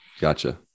gotcha